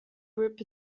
group